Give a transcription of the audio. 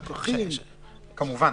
כמובן,